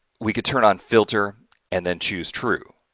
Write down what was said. we could turn on filter and then choose true,